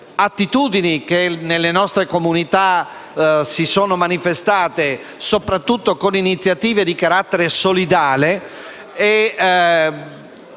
attitudini che nelle nostre comunità si sono manifestate, soprattutto con iniziative di carattere solidale,